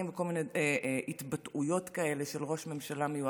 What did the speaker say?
וכל מיני התבטאויות כאלה של ראש ממשלה מיועד.